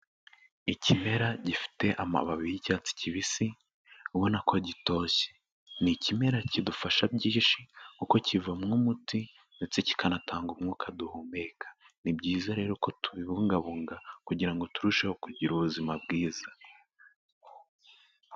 Ikimera gifite amababi y'icyatsi kibisi, ubona ko gitoshye, ni ikimera kidufasha byinshi kuko kivamo umuti ndetse kikanatanga umwuka duhumeka, ni byiza rero ko tubibungabunga kugira ngo turusheho kugira ubuzima bwiza.